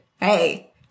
hey